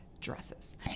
dresses